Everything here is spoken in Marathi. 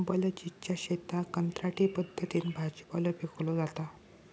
बलजीतच्या शेतात कंत्राटी पद्धतीन भाजीपालो पिकवलो जाता